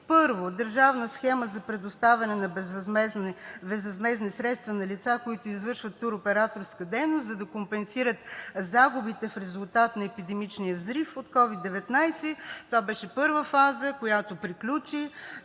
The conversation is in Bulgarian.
Първо, държавна схема за предоставяне на безвъзмездни средства на лица, които извършват туроператорска дейност, за да компенсират загубите в резултат на епидемичния взрив от COVID 19. Това беше първата фаза, която приключи,